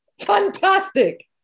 fantastic